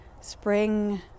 spring